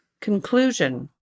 conclusion